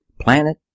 planet